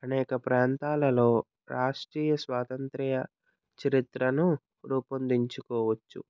అనేక ప్రాంతాలలో రాష్ట్రీయ స్వాతంత్రియ చరిత్రను రూపొందించుకోవచ్చు